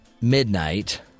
midnight